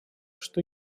что